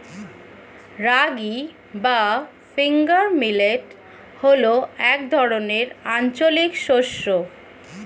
রাগী বা finger millet হল এক ধরনের আঞ্চলিক শস্য